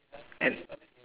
and